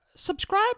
Subscribe